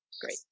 Great